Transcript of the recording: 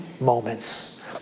moments